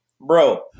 Bro